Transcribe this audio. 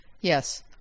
yes